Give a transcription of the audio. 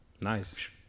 Nice